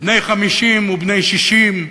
בני 50 ובני 60,